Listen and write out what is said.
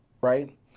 right